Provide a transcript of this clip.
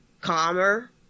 calmer